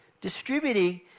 Distributing